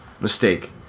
mistake